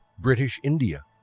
british india,